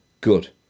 Good